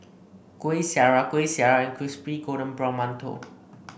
Kuih Syara Kuih Syara and Crispy Golden Brown Mantou